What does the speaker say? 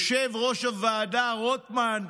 יושב-ראש הועדה רוטמן,